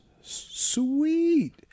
sweet